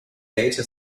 data